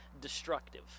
destructive